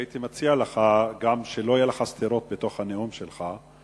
הייתי מציע לך גם שלא יהיו לך סתירות בתוך הנאום שלך,